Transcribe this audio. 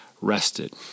rested